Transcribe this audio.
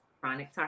Chronic